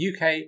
UK